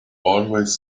always